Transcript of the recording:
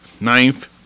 Ninth